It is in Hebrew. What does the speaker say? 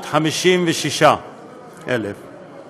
ו-956,000 ש"ח.